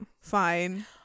Fine